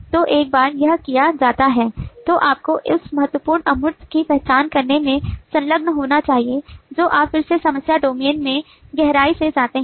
तो एक बार यह किया जाता है तो आपको उस महत्वपूर्ण अमूर्त की पहचान करने में संलग्न होना चाहिए जो आप फिर से समस्या डोमेन में गहराई से जाते हैं